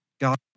God